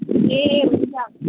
ए हुन्छ हुन्छ